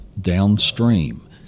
downstream